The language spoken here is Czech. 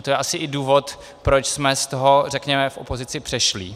A to je asi i důvod, proč jsme z toho, řekněme, v opozici přešlí.